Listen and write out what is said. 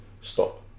stop